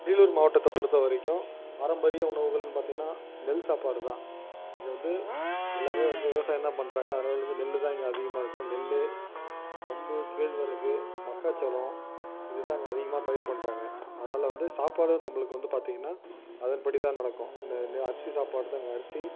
வேலூர் மாவட்டத்தைப் பொறுத்த வரைக்கும் பாரம்பரிய உணவுகள்ன்னு பார்த்திங்கனா நெல் சாப்பாடு தான் இங்கே வந்து எல்லாமே வந்து விவசாயம் தான் பண்றாங்க அதனால் வந்து நெல் தான் அங்கே அதிகமாக இருக்கும் நெல் கம்பு கேழ்வரகு மக்காச்சோளம் இதுதான் அங்கே அதிகமாக பயிர் பண்ணுறாங்க அதனால் வந்து சாப்பாடும் நம்மளுக்கு வந்து பார்த்திங்கனா அதன்படி தான் நடக்கும் அதை மாரி அதை மாரி அரிசி சாப்பாடு தான் அரிசி